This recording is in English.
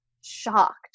shocked